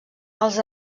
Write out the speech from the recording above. els